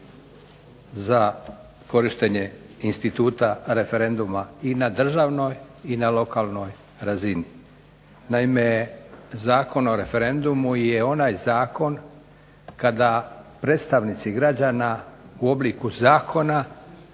za korištenje instituta referenduma i na državnoj i na lokalnoj razini. Naime, Zakon o referendumu je onaj zakon kada predstavnici građana u obliku zakona